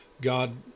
God